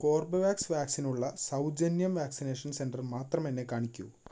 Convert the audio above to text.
Corbevax വാക്സിനിനുള്ള സൗജന്യം vaccination centre മാത്രമെന്നെ കാണിക്കൂ